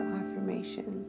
affirmation